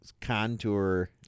contour